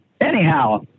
Anyhow